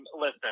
listen